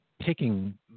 picking